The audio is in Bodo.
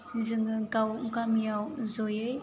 जोङो गाव गामियाव जयै